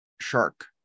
shark